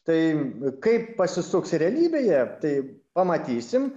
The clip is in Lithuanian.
tai kaip pasisuks realybėje tai pamatysim